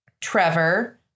Trevor